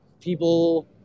people